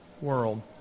world